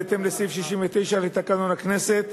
בהתאם לסעיף 69 לתקנון הכנסת.